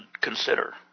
consider